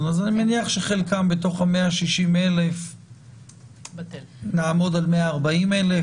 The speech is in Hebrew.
מניח שמתוך ה-160,000 נעמוד על 140,000,